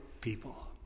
people